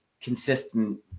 consistent –